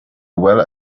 well